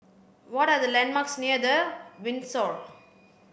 what are the landmarks near The Windsor